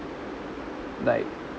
like